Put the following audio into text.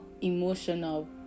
emotional